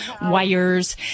wires